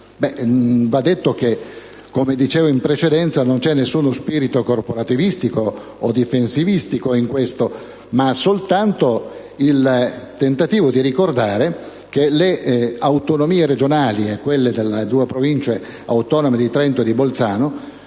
Va sottolineato, come dicevo in precedenza, che non c'è nessuno spirito particolaristico o difensivistico in questo, ma soltanto il tentativo di ricordare che le autonomie regionali e quelle delle due Province autonome di Trento e di Bolzano